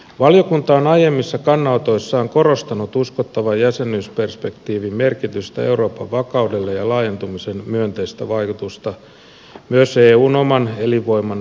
valiokunta on aiemmissa kannanotoissaan korostanut uskottavan jäsenyysperspektiivin merkitystä euroopan vakaudelle ja laajentumisen myönteistä vaikutusta myös eun oman elinvoiman ylläpitämisessä